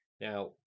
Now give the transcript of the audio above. Now